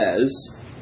says